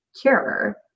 cure